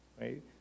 right